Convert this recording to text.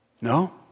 No